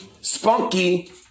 spunky